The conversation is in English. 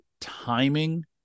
timing